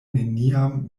neniam